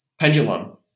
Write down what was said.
pendulum